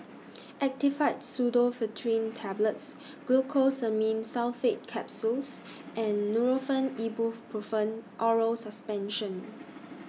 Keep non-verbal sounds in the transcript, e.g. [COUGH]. Actifed Pseudoephedrine Tablets Glucosamine Sulfate Capsules and Nurofen Ibuprofen Oral Suspension [NOISE]